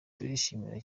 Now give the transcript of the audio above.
turishimira